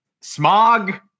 Smog